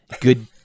good